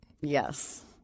Yes